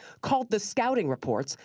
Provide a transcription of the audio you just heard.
called the scouting reports,